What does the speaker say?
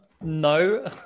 no